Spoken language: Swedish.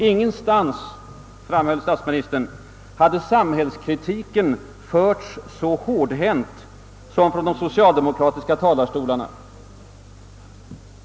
Ingenstans, framhöll statsministern, hade samhällskritiken förts så hårdhänt som från de socialdemokratiska talarstolarna.